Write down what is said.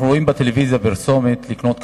אנחנו רואים בטלוויזיה פרסומת: לקנות כחול-לבן.